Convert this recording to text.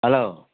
hello